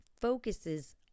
focuses